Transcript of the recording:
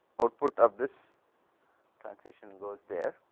output of this transition goes there